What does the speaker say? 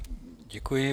Děkuji.